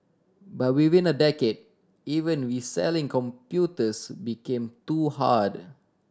but within a decade even reselling computers became too hard